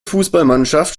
fußballmannschaft